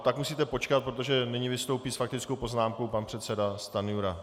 Tak musíte počkat, protože nyní vystoupí s faktickou poznámkou pan předseda Stanjura.